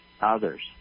others